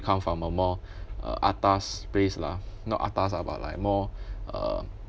come from a more uh atas place lah not atas lah but like more uh